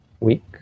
week